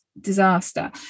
disaster